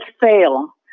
fail